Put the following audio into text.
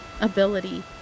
ability